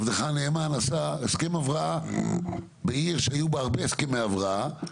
עבדך הנאמן עשה הסכם הבראה בעיר שהיו בא הרבה הסכמי הבראה,